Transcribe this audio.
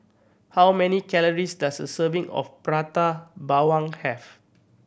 how many calories does a serving of Prata Bawang have